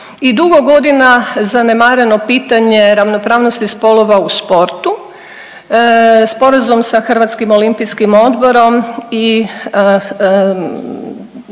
i dugo godina zanemareno pitanje ravnopravnosti spolova u sportu, Sporazum sa Hrvatskom olimpijskim odborom i